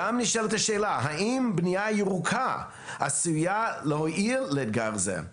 נשאלת השאלה האם בנייה ירוקה עשויה להועיל לאתגר זה.